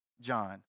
John